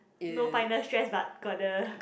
no final stress but got the